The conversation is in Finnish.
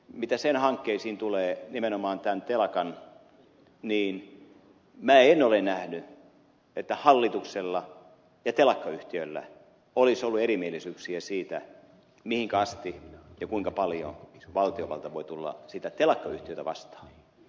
mitä nimenomaan tämän telakan hankkeisiin tulee niin minä en ole nähnyt että hallituksella ja telakkayhtiöllä olisi ollut erimielisyyksiä siitä mihinkä asti ja kuinka paljon valtiovalta voi tulla sitä telakkayhtiötä vastaan